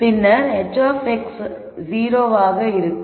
பின்னர் h of x 0 ஆக இருக்கும்